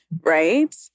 right